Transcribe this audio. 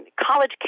college